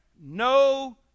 No